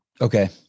Okay